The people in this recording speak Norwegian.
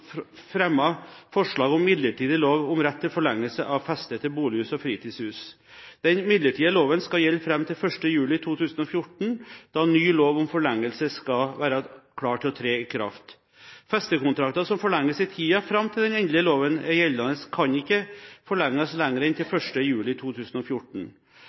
forslag om midlertidig lov om rett til forlengelse av feste til bolighus og fritidshus. Den midlertidige loven skal gjelde fram til 1. juli 2014, da ny lov om forlengelse skal være klar til å tre i kraft. Festekontrakter som forlenges i tiden fram til den endelige loven er gjeldende, kan ikke forlenges lenger enn til 1. juli 2014.